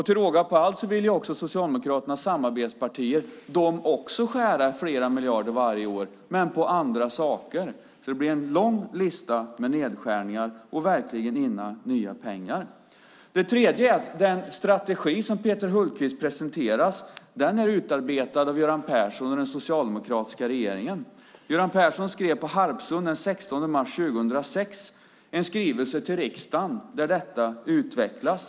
Till råga på allt vill Socialdemokraternas samarbetspartier också skära ned flera miljarder varje år, men på andra saker. Det blir alltså en lång lista med nedskärningar och verkligen inga nya pengar. Den tredje frågan är att den strategi som Peter Hultqvist presenterar är utarbetad av Göran Persson och den tidigare, socialdemokratiska regeringen. Göran Persson skrev på Harpsund den 16 mars 2006 en skrivelse till riksdagen där detta utvecklas.